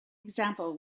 example